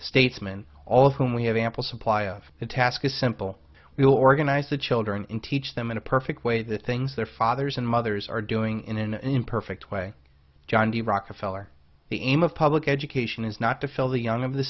statesman all of whom we have ample supply of the task is simple we will organize the children and teach them in a perfect way the things their fathers and mothers are doing in an imperfect way john d rockefeller the aim of public education is not to fill the young of the